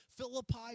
Philippi